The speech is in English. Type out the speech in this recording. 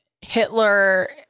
Hitler